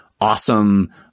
awesome